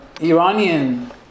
Iranian